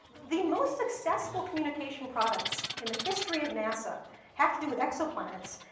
the most successful communication products in the history of nasa have to do with exoplanets,